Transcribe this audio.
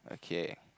okay